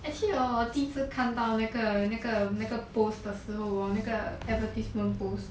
actually hor 第一次看到那个那个那个 post 的时候我那个 advertisement post